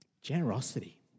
Generosity